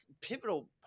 pivotal